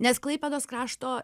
nes klaipėdos krašto